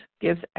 gives